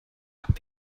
haben